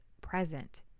present